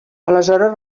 aleshores